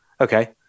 Okay